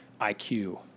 IQ